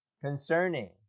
concerning